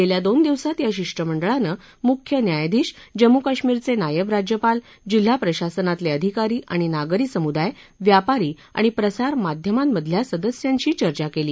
गेल्या दोन दिवसात या शिष्टमंडळानं मुख्य न्यायाधीश जम्मू काश्मीरचे नायब राज्यपाल जिल्हा प्रशासनातले अधिकारी आणि नागरी समुदाय व्यापारी आणि प्रसारमाध्यमांमधल्या सदस्यांशी चर्चा केली